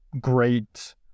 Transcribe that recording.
great